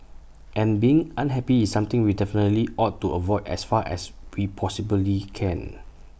and being unhappy is something we definitely ought to avoid as far as we possibly can